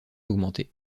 augmenter